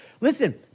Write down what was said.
listen